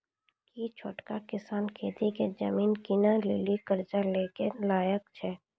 कि छोटका किसान खेती के जमीन किनै लेली कर्जा लै के लायक छै?